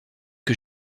que